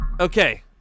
Okay